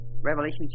Revelation